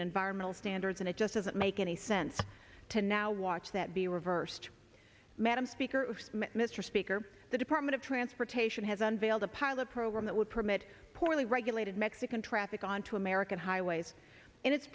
and environmental standards and it just doesn't make any sense to now watch that be reversed madam speaker mr speaker the department of transportation has unveiled a pilot program that would permit poorly regulated mexican traffic onto american highways in it